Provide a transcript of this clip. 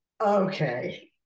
okay